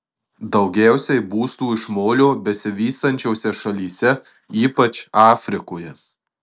daugiausiai būstų iš molio besivystančiose šalyse ypač afrikoje